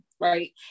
Right